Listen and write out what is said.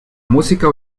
música